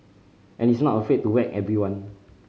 and is not afraid to whack everyone